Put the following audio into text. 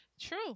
True